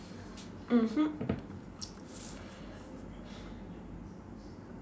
mmhmm